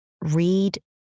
Read